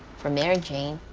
for mary jane,